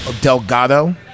Delgado